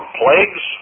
plagues